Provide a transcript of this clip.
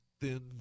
thin